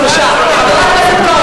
לסיום.